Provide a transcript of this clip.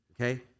okay